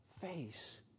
face